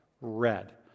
red